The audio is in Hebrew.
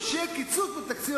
זה לא כך, זה לא לשרוף זמן.